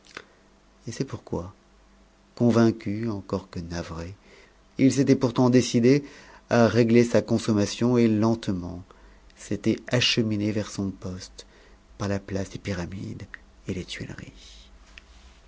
et c'est pourquoi convaincu encore que navré il s'était pourtant décidé à régler sa consommation et lentement s'était acheminé vers son poste par la place des pyramides et les tuileries